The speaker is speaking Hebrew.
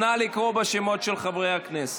נא לקרוא בשמות של חברי הכנסת.